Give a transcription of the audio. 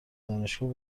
دانشگاه